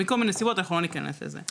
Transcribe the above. מכל מיני סיבות, אנחנו לא ניכנס לזה.